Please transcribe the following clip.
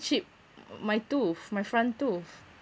chip my tooth my front tooth